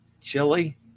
Chili